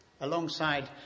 alongside